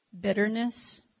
bitterness